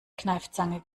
kneifzange